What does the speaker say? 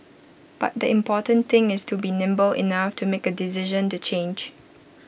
but the important thing is to be nimble enough to make A decision to change